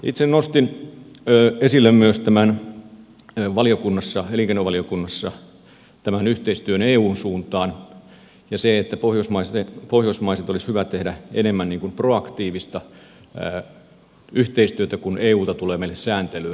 itse nostin esille elinkeinovaliokunnassa myös yhteistyön eun suuntaan ja sen että pohjoismaiden olisi hyvä tehdä enemmän proaktiivista yhteistyötä kun eulta tulee meille sääntelyä